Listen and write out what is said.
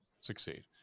succeed